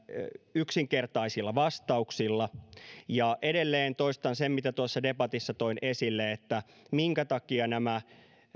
yksinkertaisilla vastauksilla ja edelleen toistan sen mitä tuossa debatissa toin esille minkä takia nämä